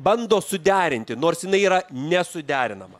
bando suderinti nors jinai yra nesuderinama